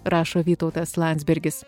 rašo vytautas landsbergis